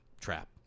trap